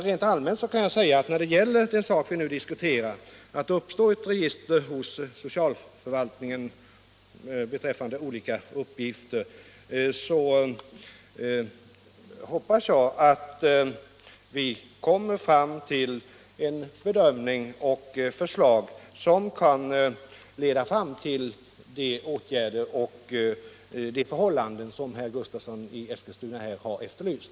Rent allmänt kan jag emellertid säga att när det gäller den sak som vi nu diskuterar — nämligen att det hos socialförvaltningen uppstår ett register med olika uppgifter — hoppas jag att vi skall komma fram till en bedömning och ett förslag som kan leda till de åtgärder och förhållanden som herr Gustavsson i Eskilstuna här har efterlyst.